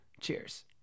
Cheers